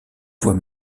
voie